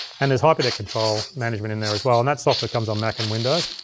and there's hyperdeck control management in there as well, and that software comes on mac and windows.